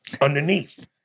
underneath